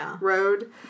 road